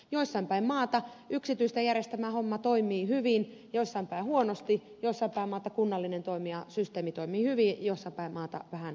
jossain päin maata yksityisten järjestämä homma toimii hyvin jossain päin huonosti jossain päin maata kunnallinen systeemi toimii hyvin jossain päin maata vähän huonommin